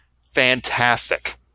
fantastic